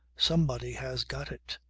somebody has got it.